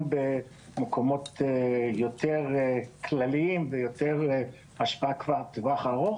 במקומות יותר כלליים ויותר השפעה כבר לטווח ארוך.